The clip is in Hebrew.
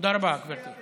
תודה רבה, גברתי.